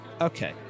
Okay